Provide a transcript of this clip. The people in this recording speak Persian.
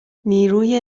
نیروی